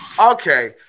Okay